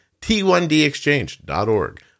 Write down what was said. t1dexchange.org